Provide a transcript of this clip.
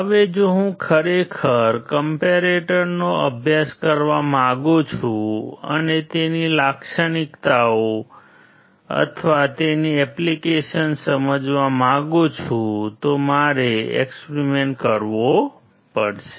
હવે જો હું ખરેખર કમ્પૅરેટરનો કરવો પડશે